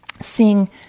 seeing